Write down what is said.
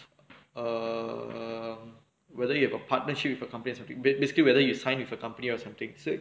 err whether you have a partnership with a company basically whether you sign with a company or something so